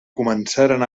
començaren